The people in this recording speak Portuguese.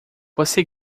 você